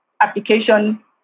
application